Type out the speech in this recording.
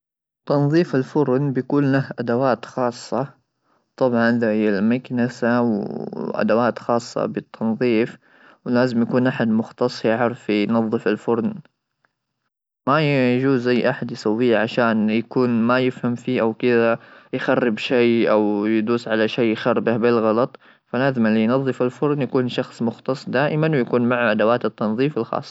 تنظيف الفرن بيكون له ادوات خاصه طبعا هي المكنسه ,وادوات خاصه بالتنظيف ولازم يكون احد مختص يعرف ينظف الفرن ,ما يجوز اي احد يسوي عشان يكون ما يفهم فيه او كذا يخرب شيء او يدوس على شيء يخربه بالغلط فلازم ينظف الفرن يكون شخص مختص دائما ويكون معه ادوات التنظيف.